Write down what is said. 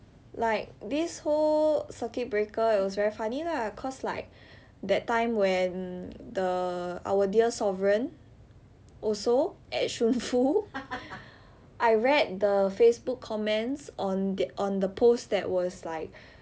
like this whole circuit breaker it was very funny lah cause like that time when the our dear sovereign also at shunfu I read the Facebook comments on the on the post that was like